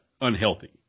unhealthy